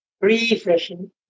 refreshing